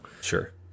Sure